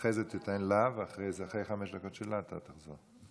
ואחר כך תיתן לה, ואחרי החמש דקות שלה, אתה תחזור.